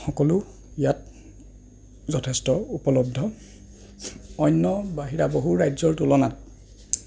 সকলো ইয়াত যথেষ্ট উপলব্ধ অন্য বাহিৰা বহু ৰাজ্যৰ তুলনাত